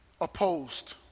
opposed